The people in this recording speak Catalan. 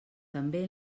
també